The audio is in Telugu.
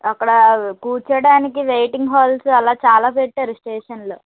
అక్కడ కూర్చోవడానికి వెయిటింగ్ హాల్స్ అలా చాలా పెట్టారు స్టేషన్లో